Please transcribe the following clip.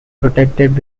protected